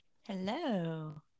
Hello